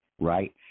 right